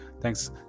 thanks